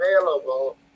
available